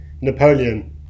Napoleon